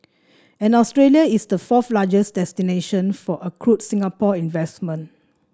and Australia is the fourth largest destination for accrued Singapore investment